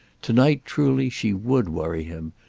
to-night truly she would worry him,